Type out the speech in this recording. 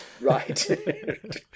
Right